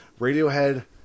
Radiohead